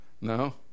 No